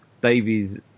Davies